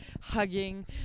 hugging